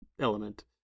element